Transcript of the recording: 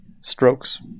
strokes